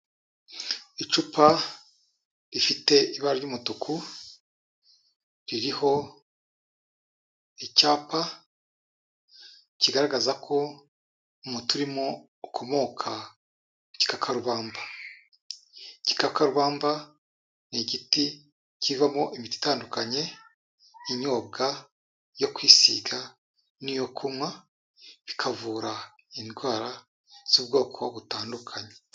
Icupa rifite ibara ry'umutuku, ririho icyapa kigaragaza ko umuti urimo ukomoka ku gikakarubamba, igikakarubamba ni igiti kivamo imiti itandukanye, inyobwa, yo kwisiga, n'iyo kunywa, ikavura indwara z'ubwoko butandukanye.